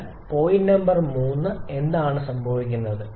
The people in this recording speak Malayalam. അതിനാൽ പോയിന്റ് നമ്പർ 3 എന്താണ് സംഭവിക്കുന്നത്